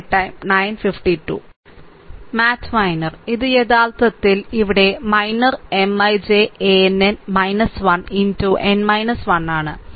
മാറ്റ് minor ഇത് യഥാർത്ഥത്തിൽ ഇതാണ് ഇവിടെ minor M ij ann 1 n 1 ആണ്